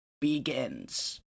begins